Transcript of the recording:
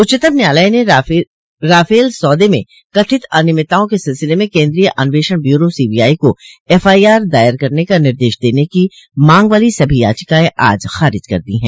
उच्चतम न्यायालय ने राफेल सौदे में कथित अनियमितताओं के सिलसिले में केंद्रीय अन्वेषण ब्यूरो सीबीआई को एफआईआर दायर करने का निर्देश दने की मांग वाली सभी याचिकाएं आज खारिज कर दी हैं